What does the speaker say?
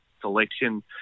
selection